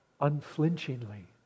unflinchingly